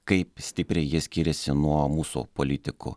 kaip stipriai jie skyriasi nuo mūsų politikų